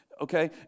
Okay